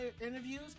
interviews